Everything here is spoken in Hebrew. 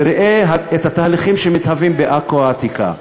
וראה את התהליכים שמתהווים בעכו העתיקה.